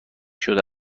شده